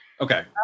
Okay